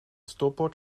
stopbord